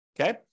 Okay